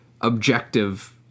objective